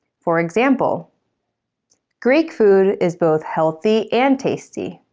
for example greek food is both healthy and tasty.